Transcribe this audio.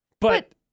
but-